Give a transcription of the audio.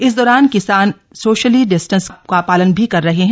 इस दौरान किसान सोशियल डिस्टेंस का पालन भी कर रहे हैं